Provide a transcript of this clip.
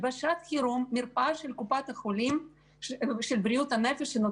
בשעת חירום מרפאה של בריאות הנפש של